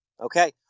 Okay